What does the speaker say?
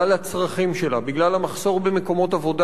בגלל המחסור במקומות עבודה ביישובים ערביים,